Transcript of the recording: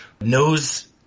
knows